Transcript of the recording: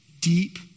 deep